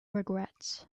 regrets